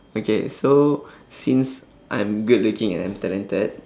okay so since I'm good looking and I'm talented